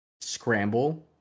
scramble